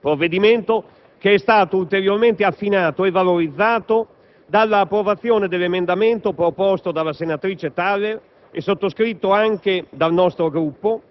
provvedimento che è stato ulteriormente affinato e valorizzato dall'approvazione dell'emendamento proposto della senatrice Thaler Ausserhofer, e sottoscritto anche dal nostro Gruppo,